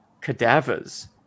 Cadavers